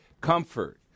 comfort